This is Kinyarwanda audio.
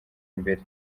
imbere